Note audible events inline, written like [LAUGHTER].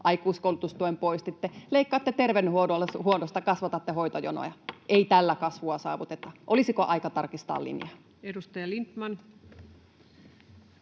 aikuiskoulutustuen poistitte —, leikkaatte terveydenhuollosta ja kasvatatte hoitojonoja. [NOISE] Ei tällä kasvua saavuteta. Olisiko aika tarkistaa linjaa? [Speech 48]